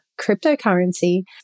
cryptocurrency